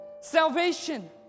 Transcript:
salvation